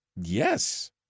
yes